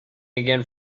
again